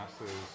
masses